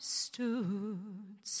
stood